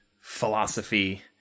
philosophy